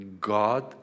God